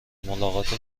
ملاقات